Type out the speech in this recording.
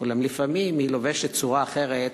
אולם לפעמים היא לובשת צורה אחרת